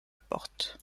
porte